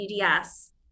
EDS